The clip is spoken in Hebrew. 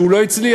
שהוא לא הצליח.